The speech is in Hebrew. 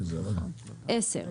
עשר,